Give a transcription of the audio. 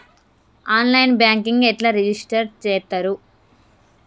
On line banking ఎట్లా register చేత్తరు?